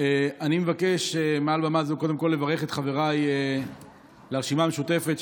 אני מבקש מעל במה זו קודם כול לברך את חבריי לרשימה המשותפת,